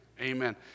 amen